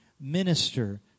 minister